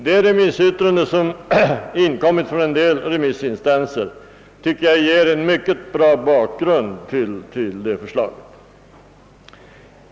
De yttranden som inkommit från en del remissinstanser tycker jag ger en mycket god bakgrund till det förslaget.